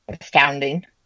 astounding